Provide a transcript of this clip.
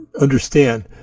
understand